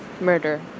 murder